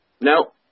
No